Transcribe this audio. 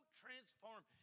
transform